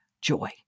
joy